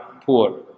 poor